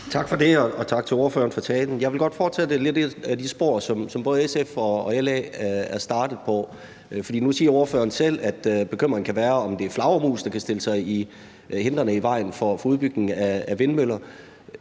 Tak for det, og tak til ordføreren for talen. Jeg vil godt fortsætte lidt i det spor, som både SF og LA er startet på. For nu siger ordføreren selv, at bekymringen kan være, om det er flagermus, der kan stille sig hindrende i vejen for udbygningen af vindmøller.